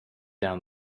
down